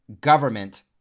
government